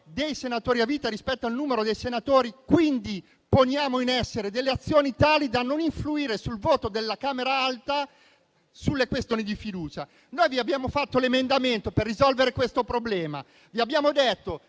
dei senatori a vita rispetto al numero dei senatori, si pongono in essere azioni tali da non influire sul voto della Camera alta in occasione delle questioni di fiducia. Noi abbiamo presentato un emendamento per risolvere questo problema e vi abbiamo detto